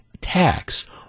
tax